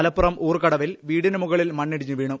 മലപ്പുറം ഊർക്കടവിൽ വീടിന് മുകളിൽ മണ്ണിടിഞ്ഞ് വീണു